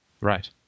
Right